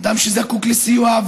לאדם שזקוק לסיוע.